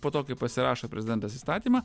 po to kai pasirašo prezidentas įstatymą